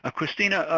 ah kristina,